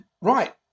Right